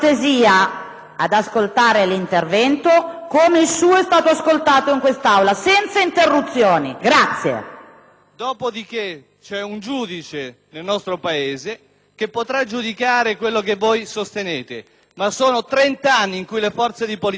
Dopo di che, c'è un giudice nel nostro Paese che potrà giudicare quello che voi sostenete. Ma sono trent'anni che le Forze di polizia